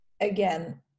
again